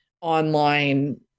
online